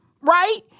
Right